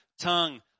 tongue